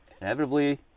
inevitably